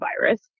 virus